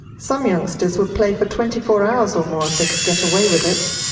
some youngsters would play for twenty four hours or more if they could get away with it.